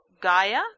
Gaia